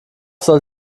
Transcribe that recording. soll